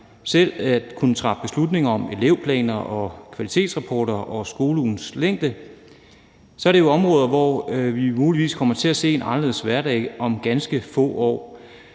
selv at kunne træffe beslutning om elevplaner og kvalitetsrapporter og skoleugens længde, er det jo områder, hvor vi muligvis kommer til at se en anderledes hverdag om ganske få år.